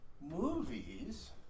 movies